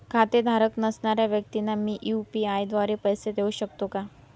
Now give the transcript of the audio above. खातेधारक नसणाऱ्या व्यक्तींना मी यू.पी.आय द्वारे पैसे देऊ शकतो का?